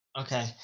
Okay